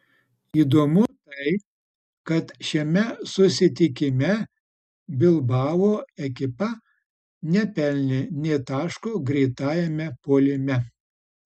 įdomu tai kad šiame susitikime bilbao ekipa nepelnė nė taško greitajame puolime